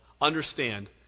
understand